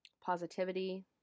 positivity